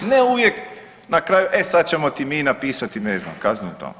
Ne uvijek na kraju, e sada ćemo ti mi napisat, ne znam kaznu i